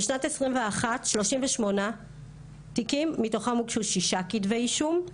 בשנת 2021 38 תיקים מתוכם הוגשו שישה כתבי אישום.